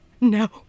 no